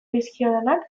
dizkionak